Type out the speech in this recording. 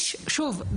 שוב,